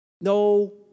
No